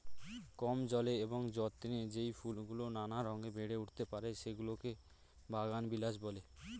কম জলে এবং যত্নে যেই ফুলগুলো নানা রঙে বেড়ে উঠতে পারে, সেগুলোকে বাগানবিলাস বলে